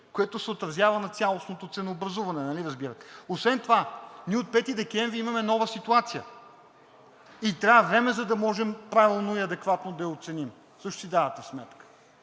което се отразява на цялостното ценообразуване, нали разбирате. Освен това ние от 5 декември имаме нова ситуация и трябва време, за да можем правилно и адекватно да я оценим – също си давате сметка.